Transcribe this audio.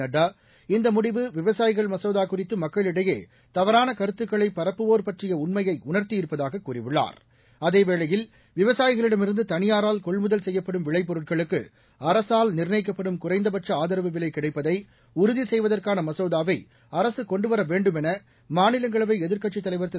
நட்டா இந்த முடிவு விவசாயிகள் மசோதா குறித்து மக்களிடையே தவறான கருத்துக்களை பரப்புவோர் பற்றிய உண்மையை உணர்த்தியிருப்பதாக அதேவேளையில் விவசாயிகளிடமிருந்து தனியாரால் கொள்முதல் செய்யப்படும் விளைபொருட்களுக்கு அரசால் நிர்ணயிக்கப்படும் குறைந்தபட்ச ஆதரவு விலை கிடைப்பதை உறுதி செய்வதற்கான மசோதாவை அரசு கொண்டுவர வேண்டுமென மாநிலங்களவை எதிர்க்கட்சித் தலைவர் திரு